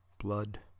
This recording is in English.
blood